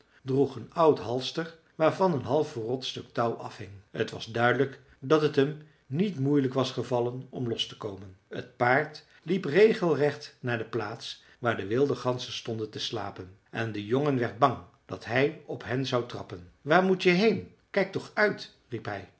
droeg een oud halster waarvan een half verrot stuk touw afhing t was duidelijk dat t hem niet moeilijk was gevallen om los te komen t paard liep regelrecht naar de plaats waar de wilde ganzen stonden te slapen en de jongen werd bang dat hij op hen zou trappen waar moet je heen kijk toch uit